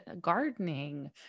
gardening